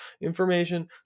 Information